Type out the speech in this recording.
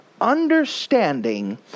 understanding